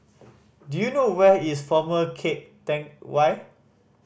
do you know where is Former Keng Teck Whay